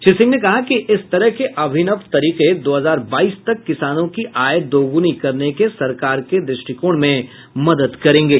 श्री सिंह ने कहा कि इस तरह के अभिनव तरीके दो हजार बाईस तक किसानों की आय दोगुनी करने के सरकार के दृष्टिकोण में मदद करेंगे